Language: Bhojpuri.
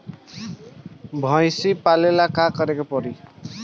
भइसी पालेला का करे के पारी?